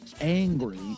angry